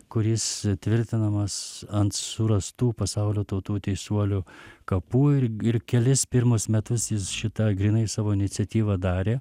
kuris tvirtinamas ant surastų pasaulio tautų teisuolių kapų ir kelis pirmus metus jis šitą grynai savo iniciatyva darė